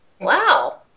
Wow